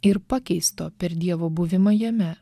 ir pakeisto per dievo buvimą jame